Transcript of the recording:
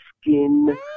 skin